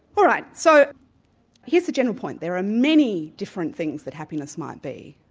all right, so here's the general point there are many different things that happiness might be.